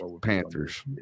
Panthers